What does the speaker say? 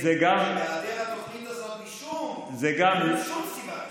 בהיעדר התוכנית הזאת אין להם שום סיבה לשיר.